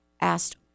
asked